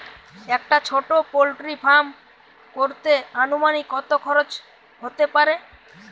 একটা ছোটো poultry farm করতে আনুমানিক কত খরচ কত হতে পারে?